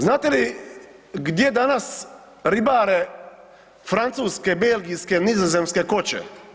Znate li gdje danas ribare francuske, belgijske i nizozemske koće?